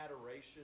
adoration